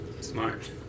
smart